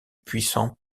puissant